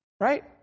right